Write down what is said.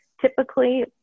typically